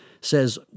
says